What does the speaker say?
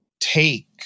take